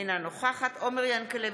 אינה נוכחת עומר ינקלביץ'